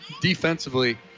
defensively